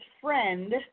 friend